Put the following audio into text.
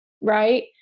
right